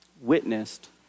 witnessed